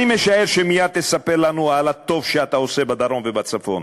אני משער שמייד תספר לנו על הטוב שאתה עושה בדרום ובצפון,